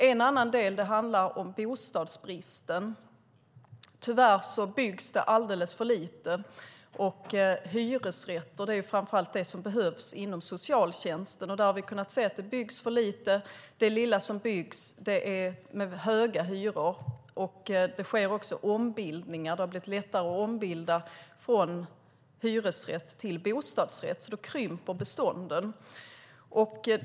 En annan sak är bostadsbristen. Det byggs tyvärr alldeles för lite. Inom socialtjänsten behövs framför allt hyresrätter. Det byggs för lite, och det lilla som byggs har höga hyror. Det sker också ombildningar. Det har blivit lättare att ombilda från hyresrätt till bostadsrätt. Därför krymper bestånden.